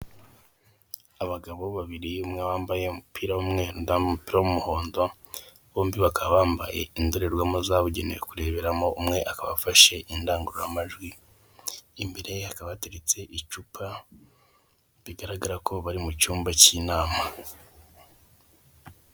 Abagabo babiri umwe wambaye umupira w' umweru undi wambaye umupira w'umuhondo bombi bakaba bambaye indorerwamo zabugenewe kureberamo, umwe akaba afashe indangururamajwi imbere ye hakaba hateretse icupa bigaragara ko bari mu cyumba cy'inama.